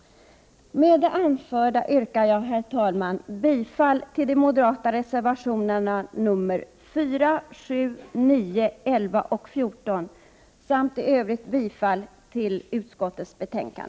Med det anförda yrkar jag, herr talman, bifall till de moderata reservationerna nr 4, 7, 9, 11 och 14 samt i övrigt bifall till utskottets hemställan.